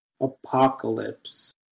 apocalypse